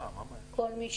וראיינו כל מי